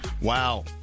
Wow